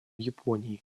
японии